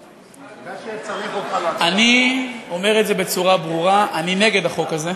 אני אומר את זה בצורה ברורה, אני נגד החוק הזה.